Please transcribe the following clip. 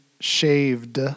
shaved